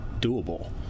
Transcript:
doable